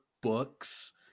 books